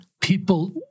People